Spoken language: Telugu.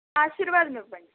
ఆశీర్వాదం ఇవ్వండి